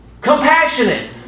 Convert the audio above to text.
Compassionate